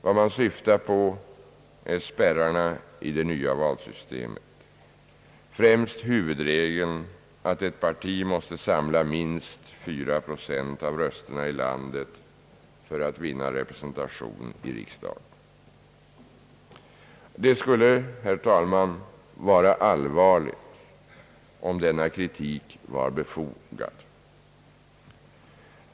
Vad man syftar på är spärrarna i det nya valsystemet, främst huvudregeln att ett parti måste samla minst 4 procent av rösterna i landet för att vinna representation i riksdagen. Det skulle, herr talman, vara allvarligt om denna kritik var befogad.